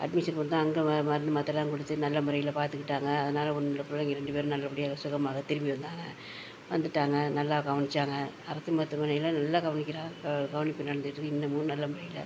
admission போட்டு தான் அங்கே வா மருந்து மாத்திரைலாம் கொடுத்து நல்ல முறையில் பார்த்துக்கிட்டாங்க அதனால் உன்னோட பிள்ளைங்க ரெண்டு பேரும் நல்லப்படியாக சுகமாக திரும்பி வந்தாங்க வந்துட்டாங்க நல்லா கவனிச்சாங்க அரசு மருத்துவமனையில் நல்லா கவனிக்கிறா கவனிப்பு நடந்துட்டுருக்கு இன்னுமும் நல்ல முறையில்